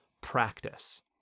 practice